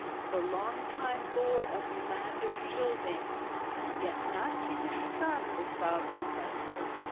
for long time lord of the land of scyldings yet not to his son the sovran left it,